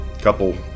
couple